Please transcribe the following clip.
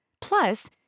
Plus